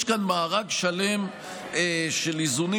יש כאן מארג שלם של איזונים.